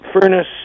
furnace